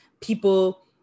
people